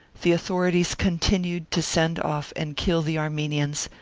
the authorities continued to send off and kill the armenians,